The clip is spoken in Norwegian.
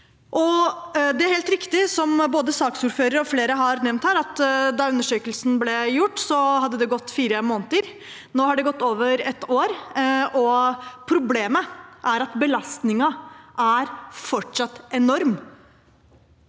da undersøkelsen ble gjort, hadde det gått fire måneder. Nå har det gått over ett år, og problemet er at belastningen fortsatt er enorm.